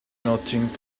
nothing